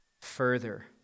further